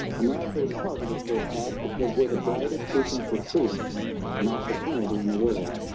america was targeted for attack because we're the brightest beacon for freedom and opportunity in the world